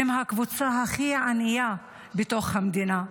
הן הקבוצה הכי ענייה בתוך המדינה.